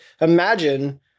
Imagine